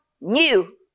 new